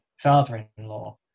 father-in-law